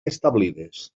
establides